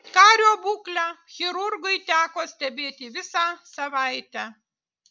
kario būklę chirurgui teko stebėti visą savaitę